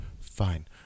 fine